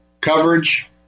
coverage